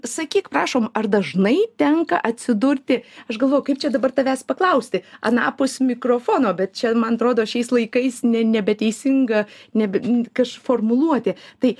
sakyk prašom ar dažnai tenka atsidurti aš galvoju kaip čia dabar tavęs paklausti anapus mikrofono bet čia man atrodo šiais laikais ne nebeteisinga nebe kaž formuluotė tai